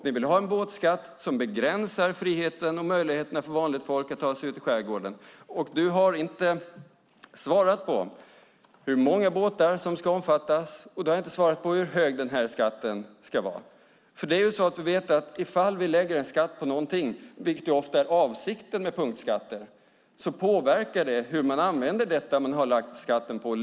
Ni vill ha en båtskatt som begränsar friheten och möjligheterna för vanligt folk att ta sig ut i skärgården. Du har inte svarat på hur många båtar som ska omfattas, och du har inte svarat på hur hög den här skatten ska vara. Vi vet att det, ifall vi lägger en skatt på någonting, påverkar hur människor använder det som vi har lagt skatten på, vilket ofta är avsikten med punktskatter.